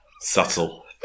subtle